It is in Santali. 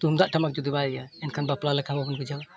ᱛᱩᱢᱫᱟᱜᱼᱴᱟᱢᱟᱠ ᱡᱩᱫᱤ ᱵᱟᱭ ᱨᱩᱭᱟ ᱮᱱᱠᱷᱟᱱ ᱵᱟᱯᱞᱟ ᱞᱮᱠᱟ ᱵᱟᱵᱚᱱ ᱵᱩᱡᱷᱟᱹᱣᱟ